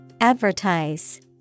advertise